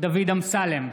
דוד אמסלם,